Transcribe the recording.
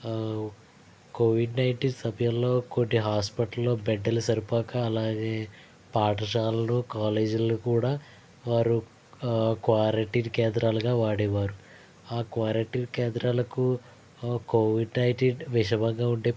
Covid nineteen సభ్యుల్లో కోటి హాస్పిటల్లో బెడ్డులు సరిపోక అలాగే పాఠశాలలు కాలేజ్లు కూడా వారు క్వారంటీన్ కేంద్రాలుగా వాడేవారు ఆ క్వారంటీన్ కేంద్రాలకు కోవిడ్ నైన్టీన్ విషమంగా ఉండే